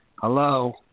Hello